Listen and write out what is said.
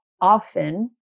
often